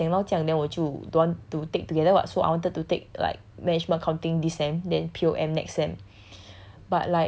so obvious 他讲到这样 then 我就 don't want to take together [what] so I wanted to take like management accounting this sem than next sem